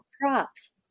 Crops